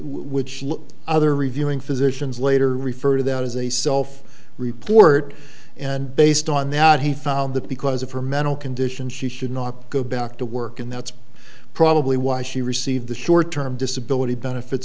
which other reviewing physicians later referred to that as a self report and based on that he found that because of her mental condition she should not go back to work and that's probably why she received the short term disability benefits